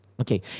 okay